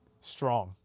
strong